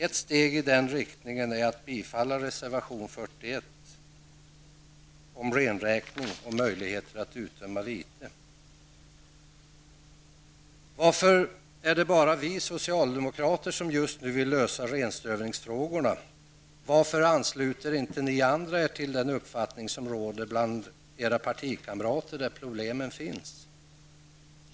Ett steg i den riktningen är att bifalla reservation nr 41 Varför är det bara vi socialdemokrater som just nu vill lösa renströvningsfrågorna? Varför ansluter inte ni andra er till den uppfattning som råder bland era partikamrater i de områden problemen finns?